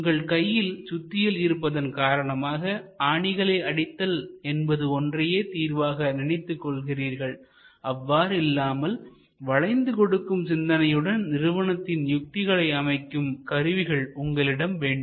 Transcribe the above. உங்கள் கையில் சுத்தியல் இருப்பதன் காரணமாக ஆணிகளை அடித்தல் என்பது ஒன்றே தீர்வாக நினைத்துக் கொள்கிறீர்கள் அவ்வாறு இல்லாமல் வளைந்து கொடுக்கும் சிந்தனையுடன் நிறுவனத்தின் யுத்திகளை அமைக்கும் கருவிகள் உங்களிடம் வேண்டும்